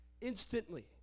instantly